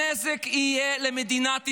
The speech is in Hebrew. הנזק יהיה למדינת ישראל,